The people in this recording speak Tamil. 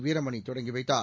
வீரமணி தொடங்கிவைத்தார்